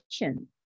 attention